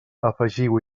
afegiu